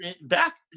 back